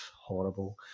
horrible